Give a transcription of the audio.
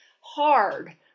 hard